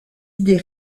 idées